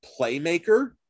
playmaker